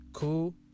cool